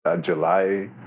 July